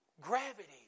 gravity